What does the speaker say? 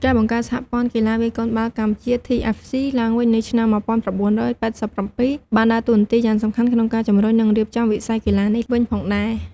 ការបង្កើត សហព័ន្ធកីឡាវាយកូនបាល់កម្ពុជា TFC ឡើងវិញនៅឆ្នាំ ១៩៨៧ បានដើរតួនាទីយ៉ាងសំខាន់ក្នុងការជំរុញ និងរៀបចំវិស័យកីឡានេះវិញផងដែរ។